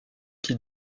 qui